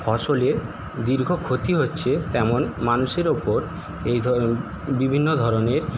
ফসলের দীর্ঘ ক্ষতি হচ্ছে তেমন মানুষের উপর এইধরন বিভিন্ন ধরনের